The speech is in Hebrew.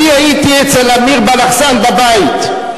אני הייתי אצל אמיר בלחסן בבית,